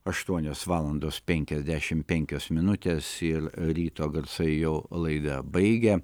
aštuonios valandos penkiasdešimt penkios minutes ir ryto garsai jau laidą baigia